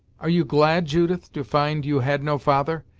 are you glad, judith, to find you had no father!